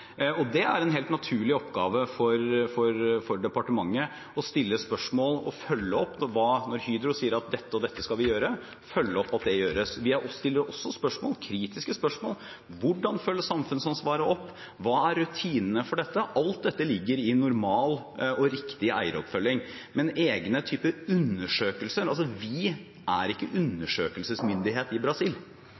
februar. Det er en helt naturlig oppgave for departementet å stille spørsmål og følge opp. Når Hydro sier at dette og dette skal vi gjøre, følger vi opp at det gjøres. Vi stiller også kritiske spørsmål: Hvordan følges samfunnsansvaret opp? Hva er rutinene for dette? Alt dette ligger i normal og riktig eieroppfølging. Når det gjelder egne undersøkelser, er ikke vi undersøkelsesmyndighet i Brasil.